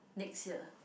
next year